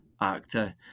actor